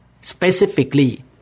specifically